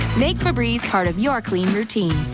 they cover east part of your cleaning routine.